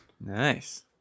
Nice